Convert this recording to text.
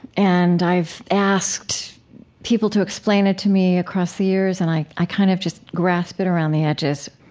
and, i've asked people to explain it to me across the years, and i i kind of just grasp it around the edges.